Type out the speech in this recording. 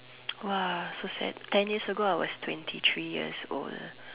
!wah! so sad ten years ago I was twenty three years old